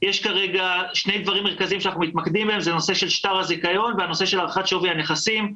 כרגע שני דברים שאנחנו מתמקדים בהם: שטר הזיכיון והערכת שווי הנכסים,